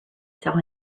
saw